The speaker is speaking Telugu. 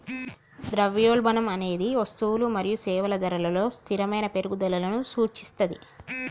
ద్రవ్యోల్బణం అనేది వస్తువులు మరియు సేవల ధరలలో స్థిరమైన పెరుగుదలను సూచిస్తది